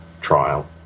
trial